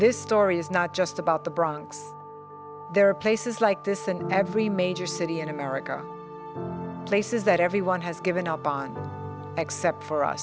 this story is not just about the bronx there are places like this and every major city in america places that everyone has given up on except for us